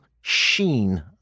sheen